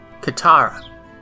Katara